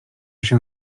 się